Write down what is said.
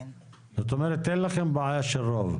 זאת אומרת אין לכם בעיה של רוב.